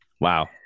Wow